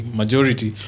majority